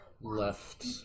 left